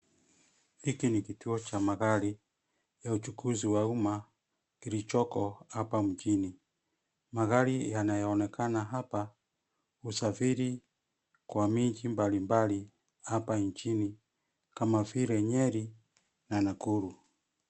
Hiki ni kituo cha magari, ya uchukuzi wa umma, kilichoko, hapa mjini, magari yanayoonekana hapa, husafiri, kwa miji mbalimbali, hapa nchini, kama vile Nyeri, na Nakuru.